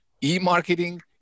e-marketing